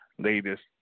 latest